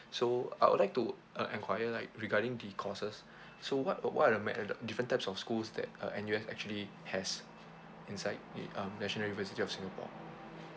so I would like to uh enquire like regarding the courses so what uh what are the mai~ uh the different types of schools that uh N_U_S actually has inside it um national universitiy of singapore